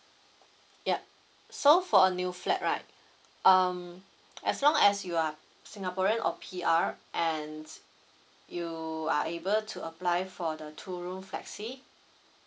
yup so for a new flat right um as long as you are singaporean or P_R and you are able to apply for the two room flexi